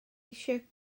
eisiau